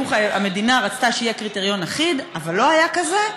המדינה רצתה שיהיה קריטריון אחיד אבל לא היה כזה,